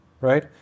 Right